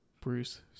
Bruce